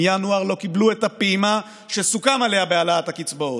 ומינואר הם לא קיבלו את הפעימה שסוכם עליה בהעלאת הקצבאות,